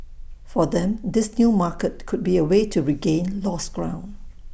for them this new market could be A way to regain lost ground